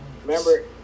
Remember